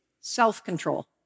self-control